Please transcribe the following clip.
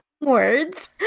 words